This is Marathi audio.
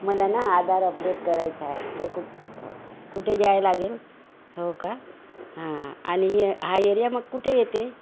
मला ना आधार अपडेट करायचं आहे तर कु कुठे जायला लागेल हो का हां आणि हे हा येरिया मग कुठे येतो